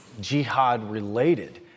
jihad-related